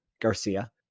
Garcia